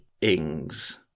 Ings